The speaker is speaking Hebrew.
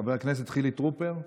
חבר הכנסת חילי טרופר.